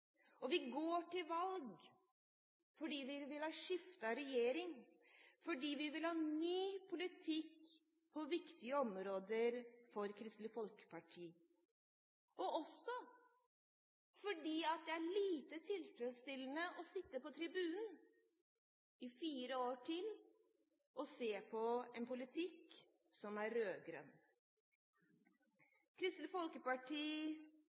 Vi går til valg fordi vi vil ha et skifte av regjering, og vi vil ha ny politikk på viktige områder for Kristelig Folkeparti. Det er lite tilfredsstillende å sitte på tribunen i fire år til og se på en politikk som er rød-grønn. Kristelig Folkeparti